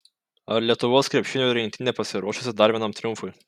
ar lietuvos krepšinio rinktinė pasiruošusi dar vienam triumfui